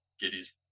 Giddy's